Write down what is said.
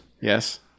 Yes